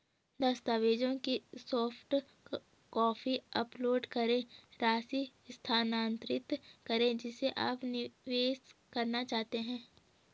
दस्तावेजों की soft copy upload करें, राशि स्थानांतरित करें जिसे आप निवेश करना चाहते हैं